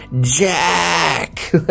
Jack